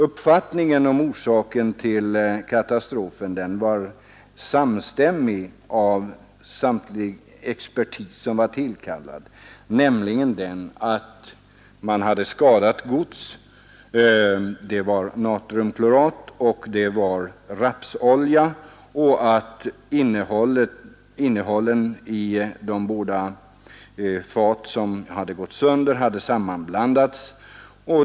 Uppfattningen om orsaken till katastrofen var samstämmig hos samtliga tillkallade experter: det fanns skadat gods, bestående av natriumklorat och rapsolja, och innehållet i de båda fat som hade gått sönder hade sammanblandats.